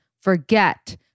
forget